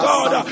God